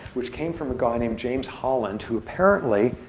which came from a guy named james holland, who apparently